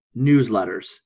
newsletters